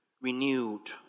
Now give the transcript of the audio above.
Renewed